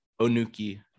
onuki